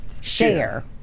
share